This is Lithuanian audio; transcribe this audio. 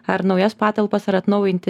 ar naujas patalpas ar atnaujinti